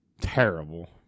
terrible